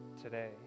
today